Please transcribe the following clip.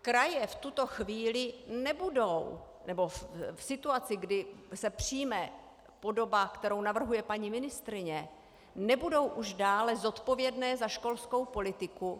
Kraje v tuto chvíli nebudou nebo v situaci, kdy se přijme podoba, kterou navrhuje paní ministryně, nebudou už dále zodpovědné za školskou politiku.